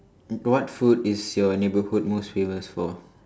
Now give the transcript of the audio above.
what food is your neighbourhood most famous for